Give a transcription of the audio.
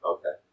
Okay